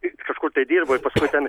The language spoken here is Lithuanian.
kažkur tai dirba ir paskui ten